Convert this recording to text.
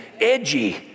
edgy